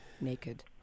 naked